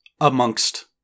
amongst